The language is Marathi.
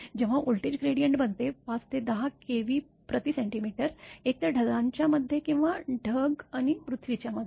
जेव्हा व्होल्टेज ग्रेडिएंट बनते ५ ते १० kVcm एकतर ढगांच्या मध्ये किंवा ढग आणि पृथ्वीच्या मध्ये